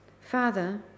Father